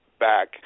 Back